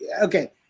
okay